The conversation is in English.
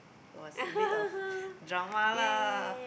it was a bit of drama lah